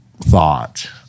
thought